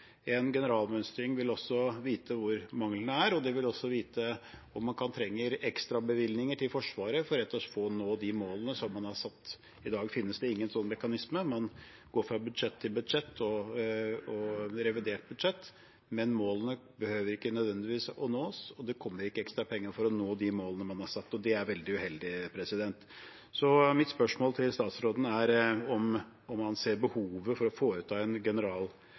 En generalmønstring vil også vise hvor manglene er, og den vil også vise om man trenger ekstra bevilgninger til Forsvaret for å nå de målene som man har satt. I dag finnes det ingen sånn mekanisme. Man går fra budsjett til budsjett og revidert budsjett, men målene behøver ikke nødvendigvis nås, og det kommer ikke ekstra penger for å nå de målene man har satt. Det er veldig uheldig. Mitt spørsmål til statsråden er: Ser han behovet for å foreta en